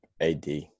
AD